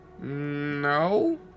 No